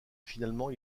finalement